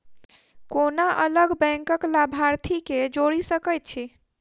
कोना अलग बैंकक लाभार्थी केँ जोड़ी सकैत छी?